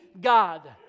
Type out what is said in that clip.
God